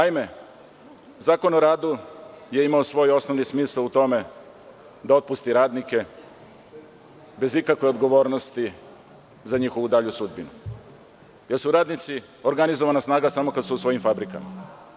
Naime, Zakon o radu je imao svoj osnovni smisao u tome da otpusti radnike bez ikakve odgovornosti za njihovu dalju sudbinu, jer su radnici organizovana snaga samo kada su u svojim fabrikama.